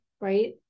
right